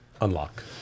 unlock